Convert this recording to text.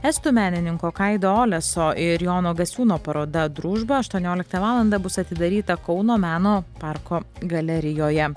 estų menininko kaido oleso ir jono gasiūno paroda družba aštuonioliktą valandą bus atidaryta kauno meno parko galerijoje